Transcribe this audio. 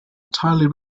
entirely